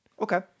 Okay